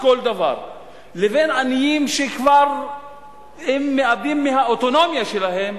כל דבר לבין עניים שכבר מאבדים מהאוטונומיה שלהם,